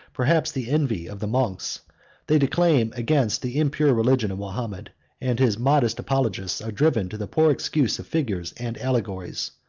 perhaps the envy, of the monks they declaim against the impure religion of mahomet and his modest apologists are driven to the poor excuse of figures and allegories.